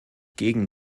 gegen